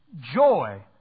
joy